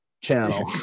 channel